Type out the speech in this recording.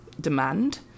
demand